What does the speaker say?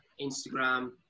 Instagram